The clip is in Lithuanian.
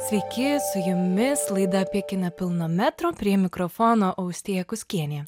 sveiki su jumis laida apie kiną pilno metro prie mikrofono austėja kuskienė